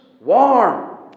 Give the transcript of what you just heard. warm